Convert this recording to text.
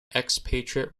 expatriate